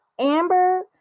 Amber